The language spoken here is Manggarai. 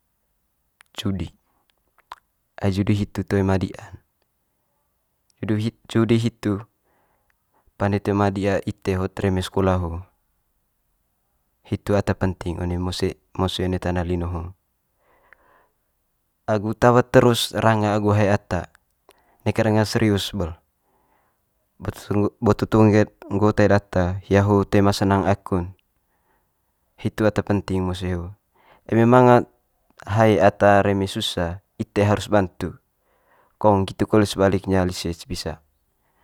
Judi ai judi hitu toe ma di'an. judi hitu pande toe ma dia ite hot reme sekola ho, hitu ata penting one mose mose one tana lino ho agu tawa terus ranga agu hae ata neka danga serius bel, boto nggo tae data hia ho toe ma senang aku'n. Hitu ata penting ne mose ho, eme manga hae ata reme susa ite harus bantu kong nggitu kole sebaliknya lise cepisa.